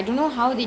okay